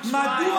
מה זה